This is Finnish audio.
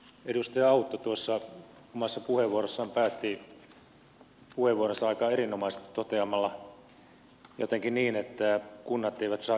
edustaja autto tuossa päätti oman puheenvuoronsa aika erinomaisesti toteamalla jotenkin niin että kunnat eivät saa irtaantua ihmisten arjesta